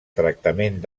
tractament